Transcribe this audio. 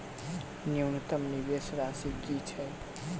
न्यूनतम निवेश राशि की छई?